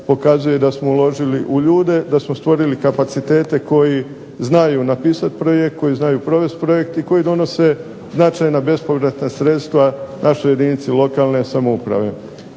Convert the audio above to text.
pokazuje da smo uložili u ljude, da smo stvorili kapacitete koji znaju napisati projekt, koji znaju provest projekt i koji donose značajna bespovratna sredstva našoj jedinici lokalne samouprave.